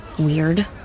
Weird